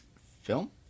film